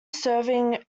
serving